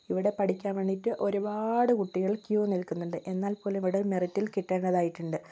ഇവിടെ പഠിക്കാൻ വേണ്ടിയിട്ട് ഒരുപാട് കുട്ടികൾ ക്യൂ നിൽക്കുന്നുണ്ട് എന്നാൽ പോലും ഇവിടെ മെറിറ്റിൽ കിട്ടേണ്ടതായിട്ടുണ്ട്